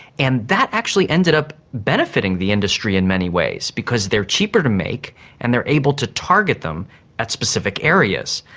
and that actually ended up benefiting the industry in many ways because they are cheaper to make and they are able to target them at specific areas.